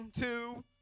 two